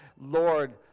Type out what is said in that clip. Lord